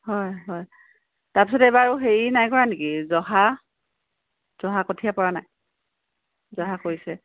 হয় হয় তাৰপিছত এইবাৰ আৰু হেৰি নাই কৰা নেকি জহা জহা কঠীয়া পৰা নাই জহা কৰিছে